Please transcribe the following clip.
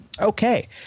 Okay